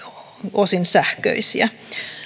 osin sähköisiä